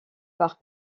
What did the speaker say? par